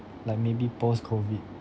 like maybe post COVID